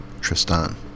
Tristan